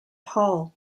hall